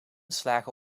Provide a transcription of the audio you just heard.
slagen